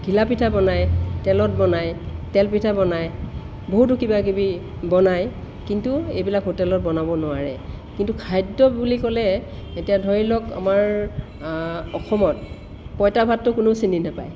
ঘিলাপিঠা বনায় তেলত বনায় তেলপিঠা বনায় বহুতো কিবাকিবি বনায় কিন্তু এইবিলাক হোটেলত বনাব নোৱাৰে কিন্তু খাদ্য বুলি ক'লে এতিয়া ধৰি লওক আমাৰ অসমত পঁইতা ভাতটো কোনো চিনি নাপায়